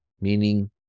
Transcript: meaning